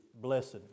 blessed